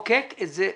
לחוקק את זה בחוק.